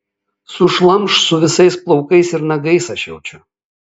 sušlamš su visais plaukais ir nagais aš jaučiau